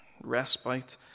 respite